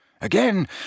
Again